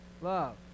love